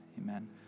Amen